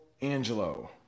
Angelo